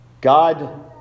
God